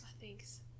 Thanks